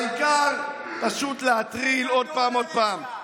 העיקר פשוט להטריל עוד פעם ועוד פעם.